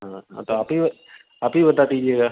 हाँ हाँ तो आप ही आप ही बता दीजिएगा